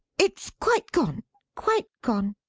it's quite gone quite gone.